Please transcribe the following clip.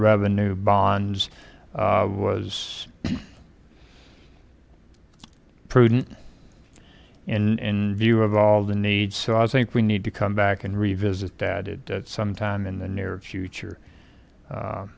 revenue bonds was prudent in view of all the needs so i think we need to come back and revisit that at some time in the near future